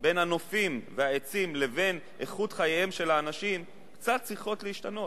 בין הנופים והעצים לבין איכות חייהם של האנשים קצת צריכים להשתנות,